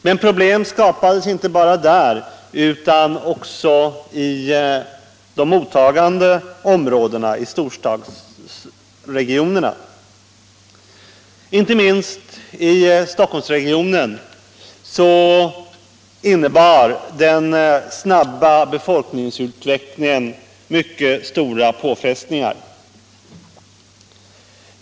Men problem skapades inte bara inom dessa regioner utan också i de mottagande områdena, i storstadsregionerna. Inte minst i Stockholmsregionen innebar den snabba befolkningsutvecklingen mycket stora påfrestningar.